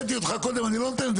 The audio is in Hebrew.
קטנים.